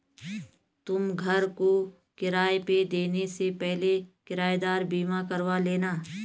तुम घर को किराए पे देने से पहले किरायेदार बीमा करवा लेना